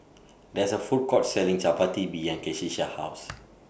There IS A Food Court Selling Chapati behind Keshia's House